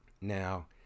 Now